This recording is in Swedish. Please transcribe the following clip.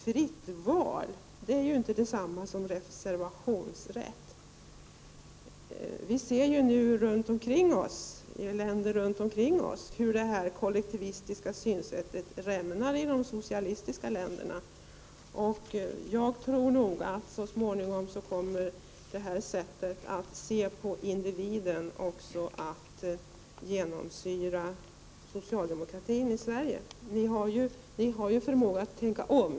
Fritt val är inte detsamma som reservationsrätt. Vi ser nu runt omkring oss hur det kollektivistiska synsättet rämnar i de socialistiska länderna. Jag tror att vårt sätt att se på individen så småningom också kommer att genomsyra socialdemokratin i Sverige. Ni har ju förmågan att tänka om.